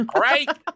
right